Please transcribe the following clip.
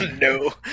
No